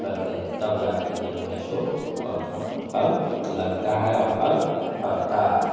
तब जा कर के जो है सो फल लगता है या फल फड़ता है